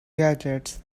gadgets